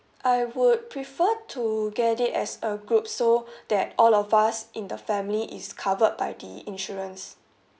I would prefer to get it as a group so that all of us in the family is covered by the insurance